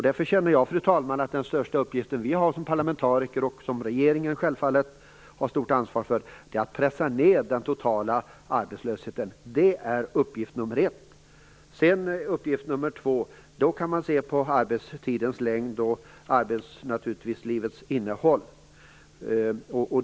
Därför känner jag, fru talman, att den största uppgiften vi har som parlamentariker, och som regeringen självfallet har stort ansvar för, är att pressa ned den totala arbetslösheten. Det är uppgift nummer ett. Uppgift nummer två är att se på arbetstidens längd och arbetslivets innehåll.